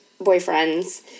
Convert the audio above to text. boyfriends